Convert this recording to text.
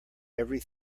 every